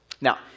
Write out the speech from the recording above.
Now